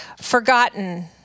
forgotten